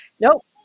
nope